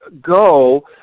go